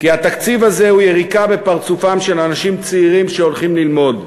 כי התקציב הזה הוא יריקה בפרצופם של אנשים צעירים שהולכים ללמוד.